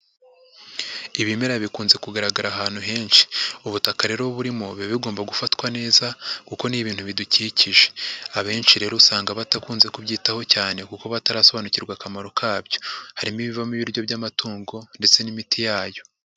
Ibimera bikunze kugaragara ahantu henshi, ubutaka rero burimo biba bigomba gufatwa neza kuko ni ibintu bidukikije, abenshi rero usanga batakunze kubyitaho cyane kuko batarasobanukirwa akamaro kabyo, harimo ibivamo ibiryo by'amatungo ndetse n'imiti yayo.